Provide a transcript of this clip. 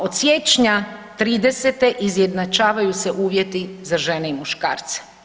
Od siječnja '30. izjednačavaju se uvjeti za žene i muškarce.